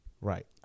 Right